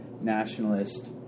nationalist